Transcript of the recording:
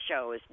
shows